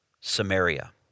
Samaria